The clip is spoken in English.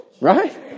Right